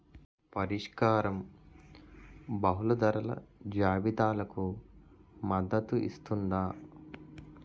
పరిష్కారం బహుళ ధరల జాబితాలకు మద్దతు ఇస్తుందా?